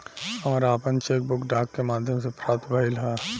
हमरा आपन cheque book डाक के माध्यम से प्राप्त भइल ह